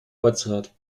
ortsrat